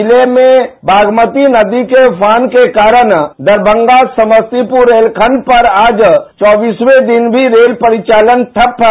जिले में बागमती नदी के उफान के कारण दरभंगा समस्तीपुर रेलखंड पर आज चौबीसवें दिन भी रेल परिचालन ठप है